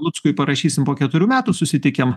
luckui parašysime po keturių metų susitikę